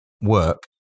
work